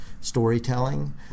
storytelling